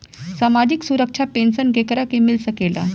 सामाजिक सुरक्षा पेंसन केकरा के मिल सकेला?